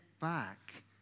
back